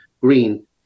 green